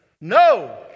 No